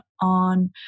on